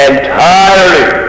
Entirely